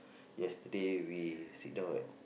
yesterday we sit down at